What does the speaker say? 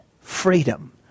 freedom